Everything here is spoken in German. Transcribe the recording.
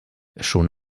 schon